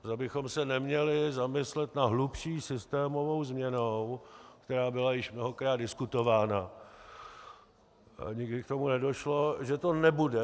Zda bychom se neměli zamyslet nad hlubší systémovou změnou, která byla již mnohokrát diskutována, a nikdy k tomu nedošlo, že to nebude